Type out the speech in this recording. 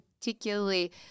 particularly